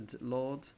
Lord